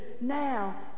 now